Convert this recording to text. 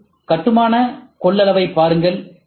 மேலும் கட்டுமான கொள்ளளவை பாருங்கள்